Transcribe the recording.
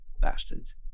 bastards